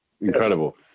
incredible